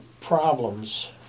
problems